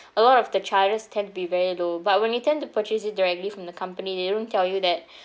a lot of the charges tend to be very low but when you tend to purchase it directly from the company they don't tell you that